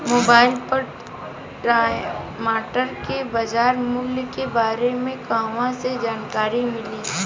Mobile पर टमाटर के बजार मूल्य के बारे मे कहवा से जानकारी मिली?